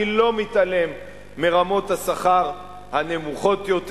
אני לא מתעלם מרמות השכר הנמוכות יותר,